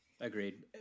Agreed